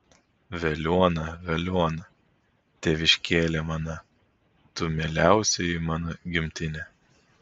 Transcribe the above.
veliuona veliuona tėviškėle mana tu mieliausioji mano gimtine